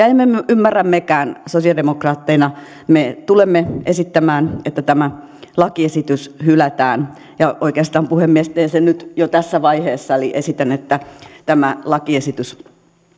emme ymmärrä mekään sosialidemokraatteina me tulemme esittämään että tämä lakiesitys hylätään oikeastaan puhemies teen sen jo nyt tässä vaiheessa eli esitän että tämä lakiesitys